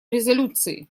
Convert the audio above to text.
резолюции